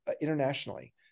internationally